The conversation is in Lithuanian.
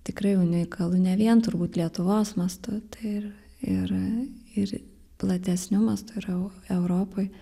tikrai unikalu ne vien turbūt lietuvos mastu tai ir ir ir platesniu mastu yra eu europoj